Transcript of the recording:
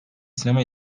sinema